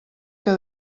que